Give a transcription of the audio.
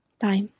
bye